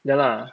no lah